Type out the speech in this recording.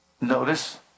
Notice